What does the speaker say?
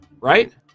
right